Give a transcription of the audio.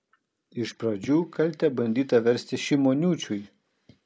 iš pradžių kaltę bandyta versti šimoniūčiui